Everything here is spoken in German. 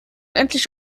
endlich